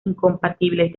incompatibles